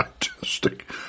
fantastic